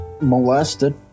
molested